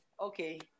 Okay